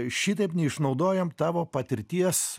šitaip neišnaudojam tavo patirties